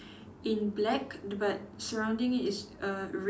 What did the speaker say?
in black the but surrounding it's err red